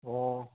ꯑꯣ